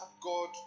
God